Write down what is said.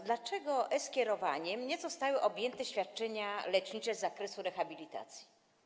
Dlaczego e-skierowaniem nie zostały objęte świadczenia lecznicze z zakresu rehabilitacji?